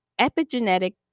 epigenetic